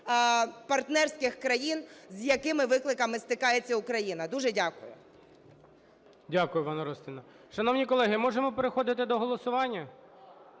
партнерських країн, з якими викликами стикається Україна. Дуже дякую. ГОЛОВУЮЧИЙ. Дякую, Іванна Орестівна. Шановні колеги, можемо переходити до голосування?